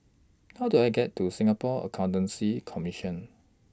How Do I get to Singapore Accountancy Commission